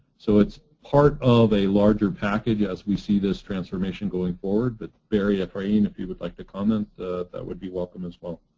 so it's part of a larger package as we see this transformation going forward but barry, efrain, if you would like to comment that would be welcome as well?